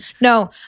No